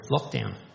lockdown